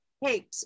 hey